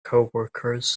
coworkers